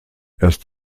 erst